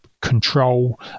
control